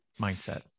mindset